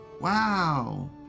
Wow